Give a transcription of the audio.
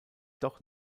doch